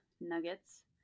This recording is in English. nuggets